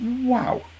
Wow